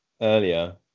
earlier